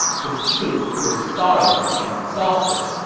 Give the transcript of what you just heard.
his troops were starving and exhausted,